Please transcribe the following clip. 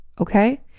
Okay